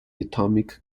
atomic